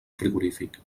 frigorífic